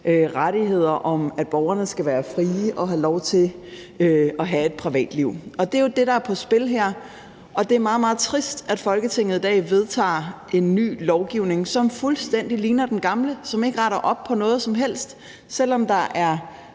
rettigheder om, at borgerne skal være frie og have lov til at have et privatliv. Og det er jo det, der er på spil her, og det er meget, meget trist, at Folketinget i dag vedtager en ny lovgivning, som fuldstændig ligner den gamle – som ikke retter op på noget som helst, selv om der er